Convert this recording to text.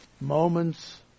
moments